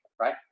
right